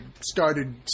started